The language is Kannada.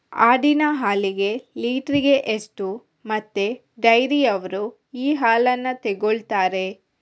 ಆಡಿನ ಹಾಲಿಗೆ ಲೀಟ್ರಿಗೆ ಎಷ್ಟು ಮತ್ತೆ ಡೈರಿಯವ್ರರು ಈ ಹಾಲನ್ನ ತೆಕೊಳ್ತಾರೆ?